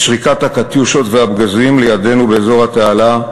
את שריקת ה"קטיושות" והפגזים לידנו באזור התעלה,